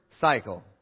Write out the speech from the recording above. cycle